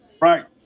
Right